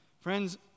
Friends